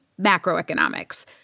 macroeconomics